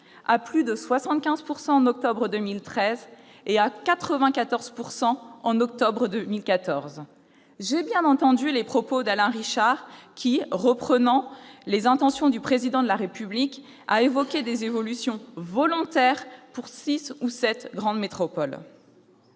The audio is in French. à plus de 75 % en octobre 2013 et à 94 % en octobre 2014. J'ai bien entendu les propos d'Alain Richard, qui, reprenant les intentions du Président de la République, a évoqué des évolutions volontaires pour six ou sept grandes métropoles.